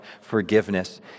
forgiveness